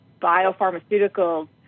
biopharmaceuticals